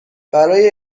برای